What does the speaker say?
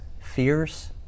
fears